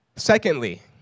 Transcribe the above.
Secondly